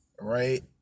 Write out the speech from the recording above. right